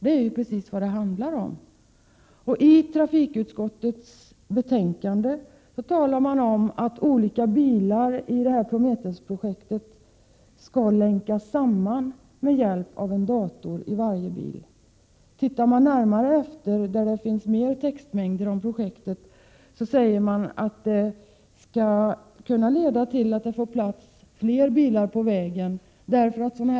Det är ju precis vad det handlar om. I trafikutskottets betänkande säger man när det gäller Prometheus-projektet att olika bilar skall länkas samman med hjälp av en dator i varje bil. Tittar man närmare efter — här och var finns det större textmängder om projektet — finner man att de här åtgärderna kommer att leda till att det blir plats för fler bilar på vägarna.